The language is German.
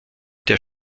der